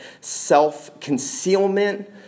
self-concealment